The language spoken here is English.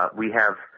ah we have